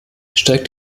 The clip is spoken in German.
steigt